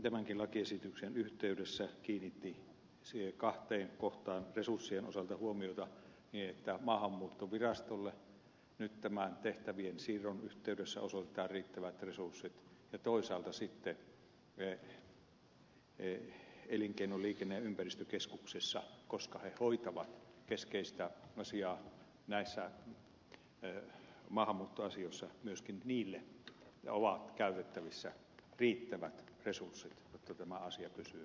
tämänkin lakiesityksen yhteydessä kiinnitti huomiota kahteen kohtaan resurssien osalta niin että maahanmuuttovirastolle tämän tehtävien siirron yhteydessä osoitetaan riittävät resurssit ja toisaalta elinkeino liikenne ja ympäristökeskuksille koska ne keskeisesti hoitavat näitä maahanmuuttoasioita myöskin niillä pitää olla käytettävissä riittävät resurssit jotta tämä asia pysyy hallinnassa